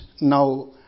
now